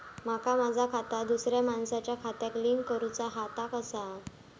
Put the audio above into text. माका माझा खाता दुसऱ्या मानसाच्या खात्याक लिंक करूचा हा ता कसा?